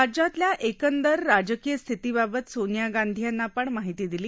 राज्यातल्या एकदंर राजकीय स्थितीबाबत सोनिया गांधी यांना आपण माहिती दिली